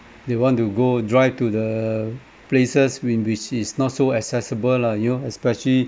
they want to go drive to the places when which is not so accessible lah you know especially